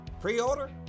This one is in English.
Pre-order